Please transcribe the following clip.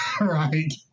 right